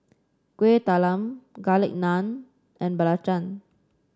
Kueh Talam Garlic Naan and belacan